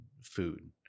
food